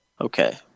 okay